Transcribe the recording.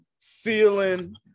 ceiling